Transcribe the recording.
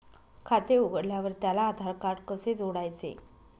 खाते उघडल्यावर त्याला आधारकार्ड कसे जोडायचे?